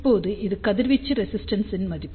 இப்போது இது கதிர்வீச்சு ரெசிஸ்டென்ஸ் இன் மதிப்பு